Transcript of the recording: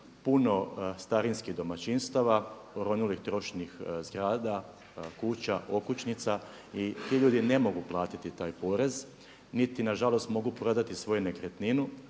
puno starinskih domaćinstava, oronulih, trošnih zgrada, kuća, okućnica i ti ljudi ne mogu platiti taj porez, niti nažalost mogu prodati svoju nekretninu